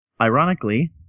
ironically